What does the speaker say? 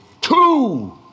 two